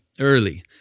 early